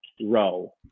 row